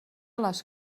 les